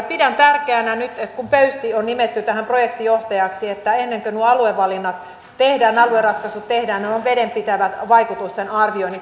pidän tärkeänä nyt kun pöysti on nimetty tähän projektinjohtajaksi että ennen kuin nuo aluevalinnat tehdään alueratkaisut tehdään niin on vedenpitävät vaikutusten arvioinnit